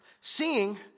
seeing